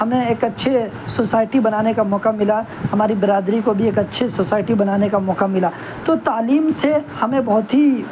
ہمیں ایک اچھے سوسائٹی بنانے کا موقع ملا ہماری برادری کو بھی ایک اچھی سوسائٹی بنانے کا موقع ملا تو تعلیم سے ہمیں بہت ہی